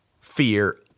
fear